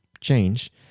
change